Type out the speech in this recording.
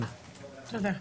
תודה.